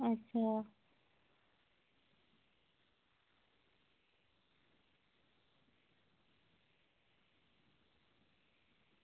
अच्छा